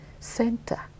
center